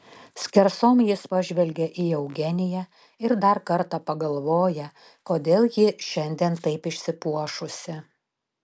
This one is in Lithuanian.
skersom jis pažvelgia į eugeniją ir dar kartą pagalvoja kodėl ji šiandien taip išsipuošusi